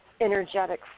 energetic